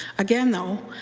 again though,